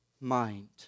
mind